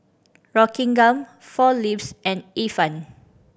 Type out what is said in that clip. Rockingham Four Leaves and Ifan